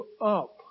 up